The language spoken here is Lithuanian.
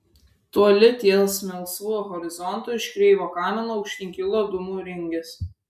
toli ties melsvu horizontu iš kreivo kamino aukštyn kilo dūmų ringės